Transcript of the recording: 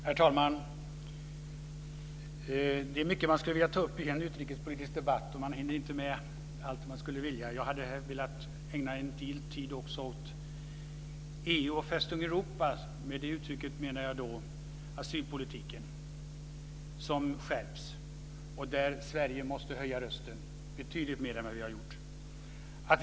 Herr talman! Det är mycket man skulle vilja ta upp i en utrikespolitisk debatt. Man hinner inte med allt vad man skulle vilja. Jag hade velat ägna en del tid också åt EU och "Fästning Europa". Med det uttrycket menar jag asylpolitiken, som skärps och där Sverige måste höja rösten betydligt mer än vad som gjorts.